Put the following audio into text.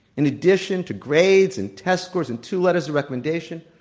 in addition to grades and test scores and two letters of recommendation,